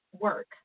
work